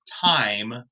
time